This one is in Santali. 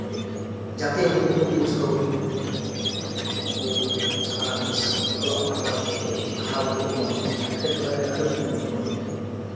ᱡᱟᱛᱮ ᱩᱱᱠᱩ ᱠᱚ ᱵᱩᱡᱷᱟᱹᱣ ᱩᱱᱠᱩ ᱡᱟᱦᱟᱱᱟᱜ ᱚᱞᱚᱜ ᱯᱟᱲᱟᱜ ᱛᱮᱠᱚ ᱦᱟᱨᱟᱵᱩᱨᱩᱜᱼᱢᱟ ᱮᱸᱴᱠᱮᱴᱚᱲᱮᱨᱮ ᱟᱞᱚ ᱧᱩᱨᱦᱩᱜ ᱢᱟ